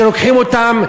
שלוקחים אותם,